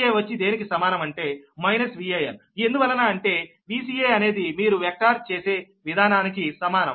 Vca వచ్చి దేనికి సమానం అంటే మైనస్ Van ఎందువలన అంటే Vca అనేది మీరు వెక్టార్ చేసే విధానానికి సమానం